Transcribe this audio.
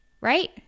right